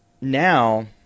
now